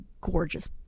gorgeous